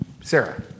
Sarah